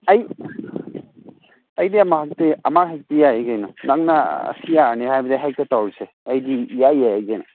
ꯑꯩ ꯑꯩꯗꯤ ꯑꯃꯈꯛꯇꯤ ꯑꯃꯈꯛꯇꯤ ꯌꯥꯏ ꯀꯩꯅꯣ ꯅꯪꯅ ꯑꯁꯤ ꯌꯥꯔꯅꯤ ꯍꯥꯏꯕꯗꯤ ꯍꯦꯛꯇ ꯇꯧꯔꯁꯦ ꯑꯩꯗꯤ ꯏꯌꯥ ꯌꯥꯏ ꯀꯩꯅꯣ